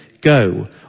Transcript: go